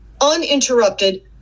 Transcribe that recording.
uninterrupted